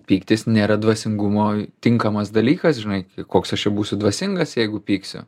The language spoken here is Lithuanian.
pyktis nėra dvasingumo tinkamas dalykas žinai koks aš čia būsiu dvasingas jeigu pyksiu